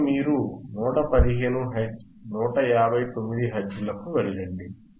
ఇప్పుడు మీరు 115 hertz 159 hertz లకు వెళ్ళండి